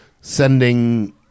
sending